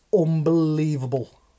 unbelievable